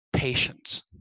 patience